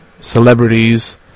Celebrities